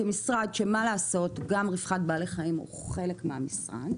כשגם רווחת בעלי-חיים היא חלק מהמשרד,